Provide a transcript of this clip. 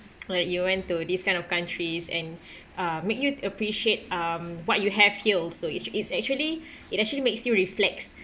like you went to this kind of countries and uh make you appreciate um what you have here also it's it's actually it actually makes you reflects